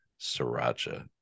Sriracha